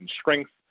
strength